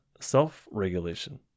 self-regulation